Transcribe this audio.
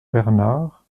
bernard